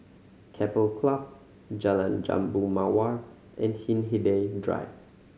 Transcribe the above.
Keppel Club Jalan Jambu Mawar and Hindhede Drive